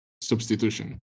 substitution